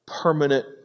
Permanent